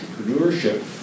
entrepreneurship